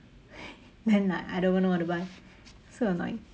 then like I don't even know what to buy so annoying